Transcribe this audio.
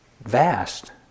vast